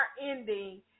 ending